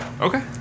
Okay